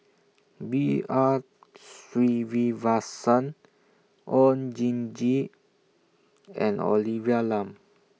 B R Sreenivasan Oon Jin Gee and Olivia Lum